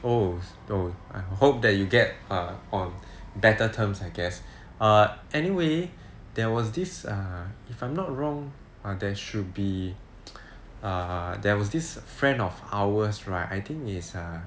oh no I hope that you get err on better terms I guess err anyway there was this err if I'm not wrong err there should be err there was this friend of ours right I think is err